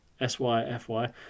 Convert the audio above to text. S-Y-F-Y